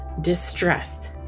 distress